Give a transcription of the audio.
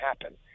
happen